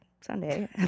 Sunday